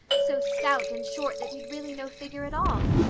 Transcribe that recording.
so stout and short that you'd really no figure at all?